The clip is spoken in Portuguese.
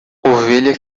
ovelha